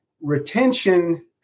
retention